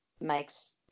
makes